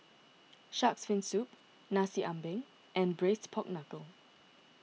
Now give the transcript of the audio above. Shark's Fin Soup Nasi Ambeng and Braised Pork Knuckle